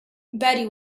betty